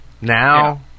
now